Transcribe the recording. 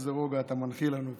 איזה רוגע אתה מנחיל לנו פה.